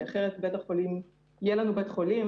כי אחרת יהיה לנו בית חולים,